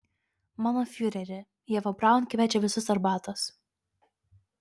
mano fiureri ieva braun kviečia visus arbatos